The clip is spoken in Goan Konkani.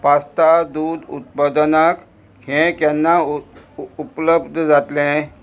पास्ता दूद उत्पादनाक हें केन्ना उपलब्ध जातलें